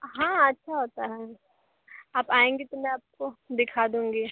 हाँ अच्छा होता है आप आएँगी तो मैं आपको दिखा दूँगी